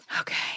Okay